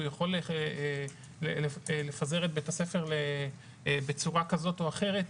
הוא יכול לפזר את בית הספר בצורה כזאת או אחרת.